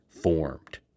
formed